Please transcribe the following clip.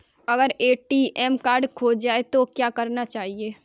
अगर ATM card खो जाए तो क्या करना चाहिए?